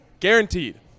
Guaranteed